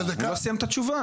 הוא לא סיים את התשובה.